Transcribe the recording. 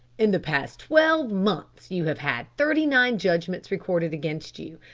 in the past twelve months you have had thirty-nine judgments recorded against you,